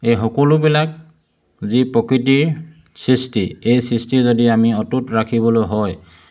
এই সকলোবিলাক যি প্ৰকৃতিৰ সৃষ্টি এই সৃষ্টি যদি আমি অটুট ৰাখিবলৈ হয়